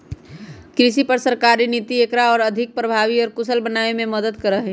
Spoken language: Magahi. कृषि पर सरकारी नीति एकरा और अधिक प्रभावी और कुशल बनावे में मदद करा हई